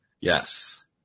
Yes